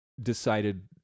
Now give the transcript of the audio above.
decided